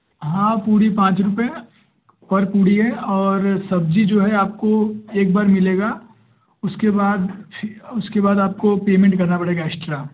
हाँ पूरी पाँच रूपये में पर पूरी है और सब्ज़ी जो है आपको एक बार मिलेगी उसके बाद उसके बाद आपको पेमेन्ट करना पड़ेगा एस्ट्रा